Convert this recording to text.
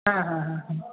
হ্যাঁ হ্যাঁ হ্যাঁ হ্যাঁ